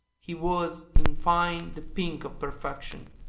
he was, in fine the pink of perfection,